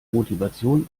motivation